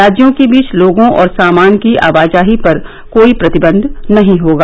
राज्यों के बीच लोगों और सामान की आवाजाही पर कोई प्रतिबंध नहीं होगा